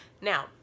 Now